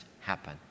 happen